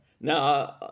no